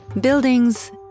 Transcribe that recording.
Buildings